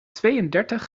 tweeëndertig